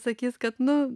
sakys kad nu